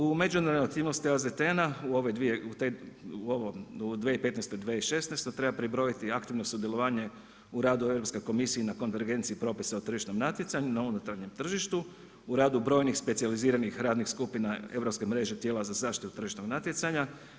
U međunarodne aktivnosti AZTN-a u ovoj 2015. i 2016. treba pribrojati i aktivno sudjelovanje u radu Europske komisije na konvergenciji propisa o tržišnom natjecanju, na unutarnjem tržištu u radu brojnih specijaliziranih radnih skupina Europske mreže tijela za zaštitu od tržišnog natjecanja.